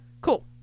Cool